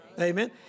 Amen